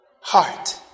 heart